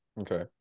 Okay